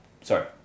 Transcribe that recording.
sorry